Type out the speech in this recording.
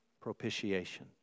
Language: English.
Propitiation